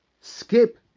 skip